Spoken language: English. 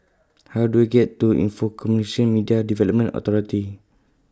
How Do I get to Info Communications Media Development Authority